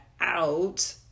out